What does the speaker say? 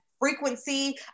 Frequency